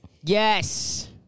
yes